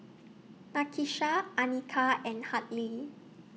Nakisha Anika and Hartley